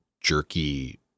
jerky